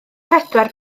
pedwar